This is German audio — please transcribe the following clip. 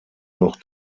noch